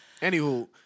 Anywho